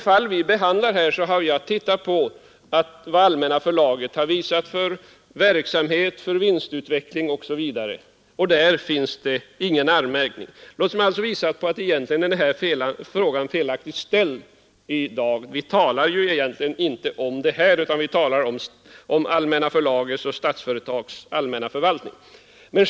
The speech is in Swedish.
Jag har tittat på Allmänna förlagets verksamhet, vinstutveckling osv. Där finns ingenting att anmärka på, något som visar att frågan egentligen är felaktigt ställd; vi skall ju inte tala om det här utan om Allmänna förlagets och Statsföretags allmänna förvaltning.